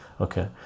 okay